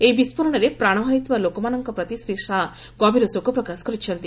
ଏହି ବିସ୍ଫୋରଣରେ ପ୍ରାଣ ହରାଇଥିବା ଲୋକମାନଙ୍କ ପ୍ରତି ଶ୍ରୀ ଶାହା ଗଭୀର ଶୋକ ପ୍ରକାଶ କରିଛନ୍ତି